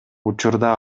учурда